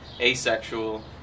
asexual